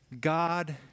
God